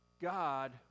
God